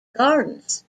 gardens